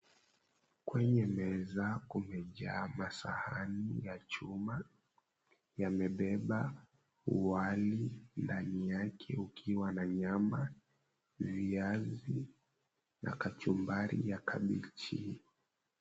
Kwenye meza kumejaa masahani ya chuma. Yamebeba wali ndani yake ukiwa na nyama, viazi na kachumbari ya kabichi.